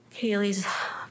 Kaylee's